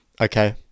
okay